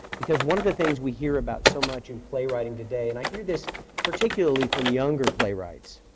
because one of the things we hear about so much in playwriting today, and i hear this particularly from younger playwrights,